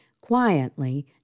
quietly